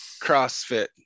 crossfit